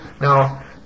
Now